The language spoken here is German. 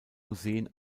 museen